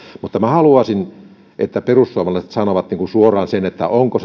mutta minä haluaisin että perussuomalaiset sanovat suoraan sen onko